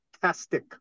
fantastic